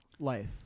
life